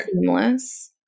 seamless